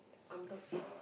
I'm talk you